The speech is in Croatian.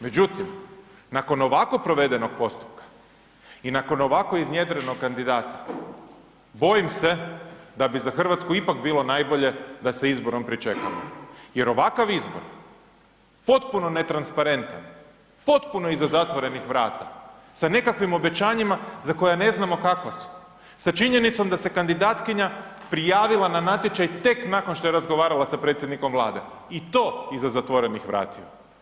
Međutim, nakon ovako provedenog postupka i nakon ovako iznjedrenog kandidata, bojim se da bi za Hrvatsku ipak bilo najbolje da sa izborom pričekamo jer ovakav izbor, potpuno netransparentan, potpuno iza zatvorenih vrata sa nekakvim obećanjima za koja ne znamo kakva su, sa činjenicom da se kandidatkinja prijavila na natječaj tek nakon što je razgovarala sa predsjednikom Vlade i to iza zatvorenih vratiju.